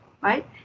right